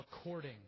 according